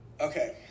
okay